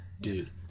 Dude